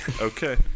Okay